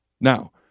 Now